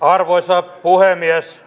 arvoisa puhemies